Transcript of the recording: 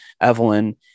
evelyn